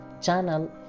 channel